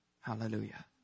Hallelujah